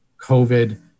COVID